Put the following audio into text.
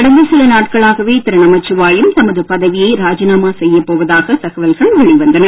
கடந்த சில நாட்களாகவே திரு நமச்சிவாயம் தமது பதவியை ராஜினாமா செய்யப்போவதாக தகவல்கள் வெளிவந்தன